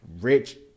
rich